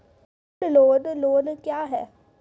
Gold loan loan क्या हैं?